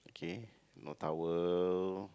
okay no towel